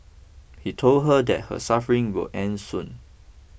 he told her that her suffering would end soon